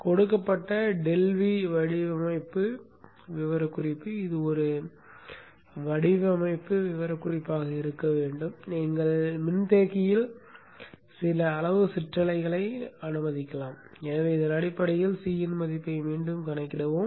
கொடுக்கப்பட்ட ∆V வடிவமைப்பு விவரக்குறிப்பு இது ஒரு வடிவமைப்பு விவரக்குறிப்பாக இருக்க வேண்டும் நீங்கள் மின்தேக்கியில் சில அளவு சிற்றலைகளை அனுமதிக்கலாம் எனவே அதன் அடிப்படையில் C இன் மதிப்பை மீண்டும் கணக்கிடுவோம்